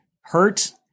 hurt